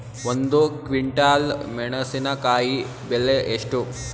ಒಂದು ಕ್ವಿಂಟಾಲ್ ಮೆಣಸಿನಕಾಯಿ ಬೆಲೆ ಎಷ್ಟು?